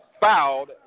fouled